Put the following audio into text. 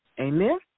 Amen